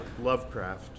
Lovecraft